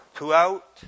Throughout